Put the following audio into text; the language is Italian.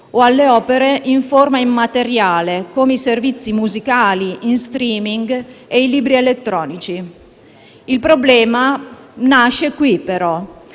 o alle opere in forma immateriale, come i servizi musicali in *streaming* e i libri elettronici. Il problema però nasce qui: sembra